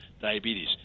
diabetes